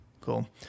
Cool